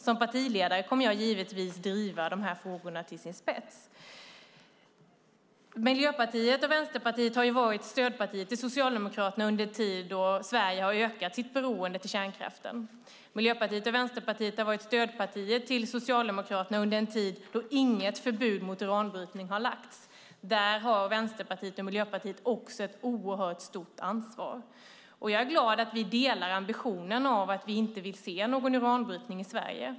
Som partiledare kommer jag givetvis att driva de här frågorna till sin spets. Miljöpartiet och Vänsterpartiet har ju varit stödpartier till Socialdemokraterna under en tid då Sverige ökade sitt beroende av kärnkraften. Miljöpartiet och Vänsterpartiet har varit stödpartier till Socialdemokraterna under en tid då inget förbud mot uranbrytning föreslogs. För det har Vänsterpartiet och Miljöpartiet också ett oerhört stort ansvar. Jag är glad att vi delar ambitionen att vi inte vill se någon uranbrytning i Sverige.